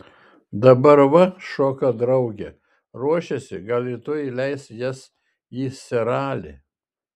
dabar va šoka drauge ruošiasi gal rytoj leis jas į seralį